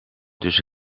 dus